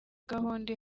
gahunda